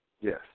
Yes